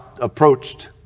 approached